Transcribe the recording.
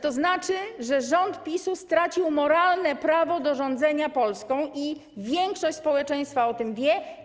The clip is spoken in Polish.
To znaczy, że rząd PiS-u stracił moralne prawo do rządzenia Polską, i większość społeczeństwa o tym wie.